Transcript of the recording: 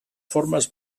formes